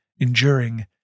enduring